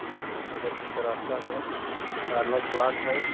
सोलह फीट का रास्ता है कॉर्नर प्लाट है